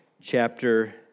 chapter